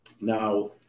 Now